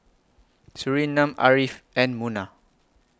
Surinam Ariff and Munah